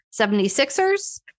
76ers